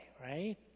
right